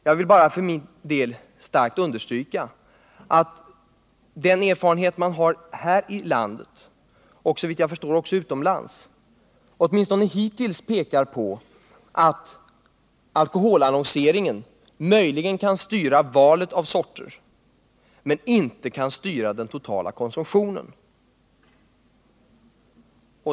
Jag vill bara för min del starkt understryka att den erfarenhet man har här i landet och såvitt jag förstår också utomlands åtminstone hittills pekar på att alkoholannonseringen möjligen kan styra valet av sorter men inte kan styra den totala konsumtionen.